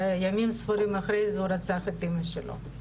ימים ספורים אחרי זה הוא רצח את אימא שלו.